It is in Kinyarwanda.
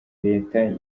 leta